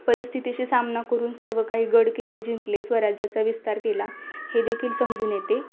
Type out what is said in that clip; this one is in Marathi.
परिस्थितीशी सामना करून सर्व काही गडकिल्ले जिंकले स्वराज्याचा विस्तार केला हे देखील समजून येते